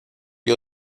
gli